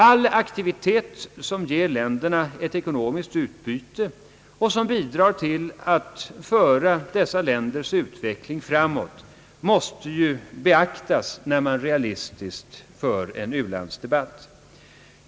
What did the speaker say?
All aktivitet som ger länderna ett ekonomiskt utbyte och som bidrar till att föra deras utveckling framåt måste beaktas i en realistisk ulandsdebatt.